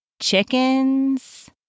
chickens